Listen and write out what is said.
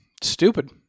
stupid